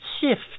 shift